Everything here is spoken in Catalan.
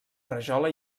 rajola